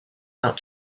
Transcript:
out